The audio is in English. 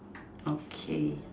okay